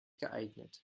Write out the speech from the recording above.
geeignet